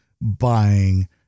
buying